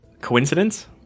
Coincidence